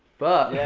but. yeah!